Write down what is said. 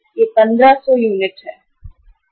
यह 1500 यूनिट है